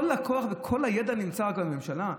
כל הכוח וכל הידע נמצאים רק בממשלה?